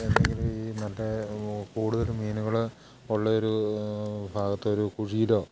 എന്തെങ്കിലും ഈ നല്ല കൂടുതലും മീനുകള് ഉള്ള ഒരു ഭാഗത്തൊരു കുഴിയിലോ